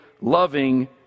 loving